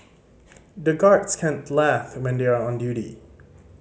the guards can't laugh when they are on duty